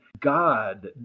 God